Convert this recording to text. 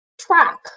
track